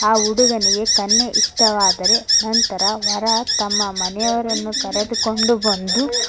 ಆ ಹುಡುಗನಿಗೆ ಕನ್ಯೆ ಇಷ್ಟವಾದರೆ ನಂತರ ವರ ತಮ್ಮ ಮನೆಯವರನ್ನು ಕರೆದುಕೊಂಡು ಬಂದು